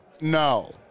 No